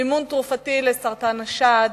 מימון תרופה לסרטן השד,